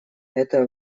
это